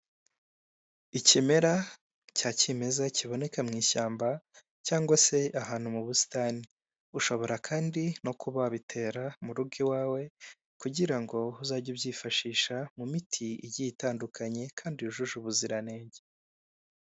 Ikimera cya kimeza kiboneka mu ishyamba cyangwa se ahantu mu busitani, ushobora kandi no kuba wabitera mu rugo iwawe kugira ngo uzajye ubyifashisha mu miti igiye itandukanye kandi wujuje ubuziranenge.